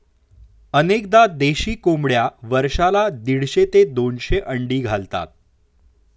अनेकदा देशी कोंबड्या वर्षाला दीडशे ते दोनशे अंडी घालतात